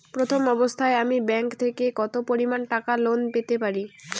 প্রথম অবস্থায় আমি ব্যাংক থেকে কত পরিমান টাকা লোন পেতে পারি?